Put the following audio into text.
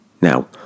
Now